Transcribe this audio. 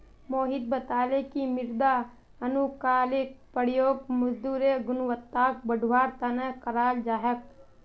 मोहित बताले कि मृदा अनुकूलककेर प्रयोग मृदारेर गुणवत्ताक बढ़वार तना कराल जा छेक